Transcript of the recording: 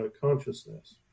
consciousness